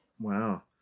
Wow